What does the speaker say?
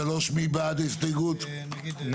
מי בעד ההסתייגות ירים את ידו.